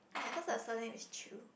yes cause her surname is Chew